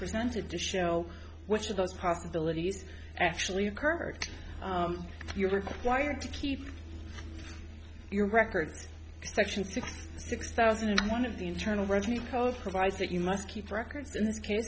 presented to show which of those possibilities actually occurred you're required to keep your records section sixty six thousand and one of the internal revenue code provides that you must keep records in this case